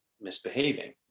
misbehaving